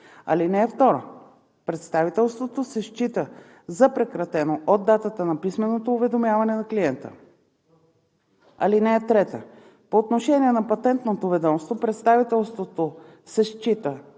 причина. (2) Представителството се счита за прекратено от датата на писменото уведомяване на клиента. (3) По отношение на Патентното ведомство представителството се счита